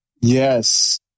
Yes